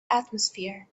atmosphere